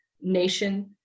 nation